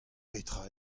petra